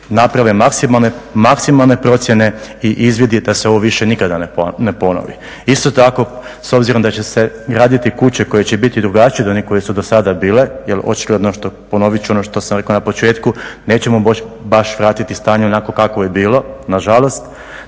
naprave maksimalne procjene i izvidi da se ovo više nikada ne ponovi. Isto tako, s obzirom da će se graditi kuće koje će biti drugačije od onih koje su do sada bile jer očigledno je, ponovit ću ono što sam rekao na početku, nećemo moći baš vratiti stanje u onakvo kakvo je bilo, nažalost.